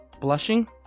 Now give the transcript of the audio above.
Blushing